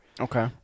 Okay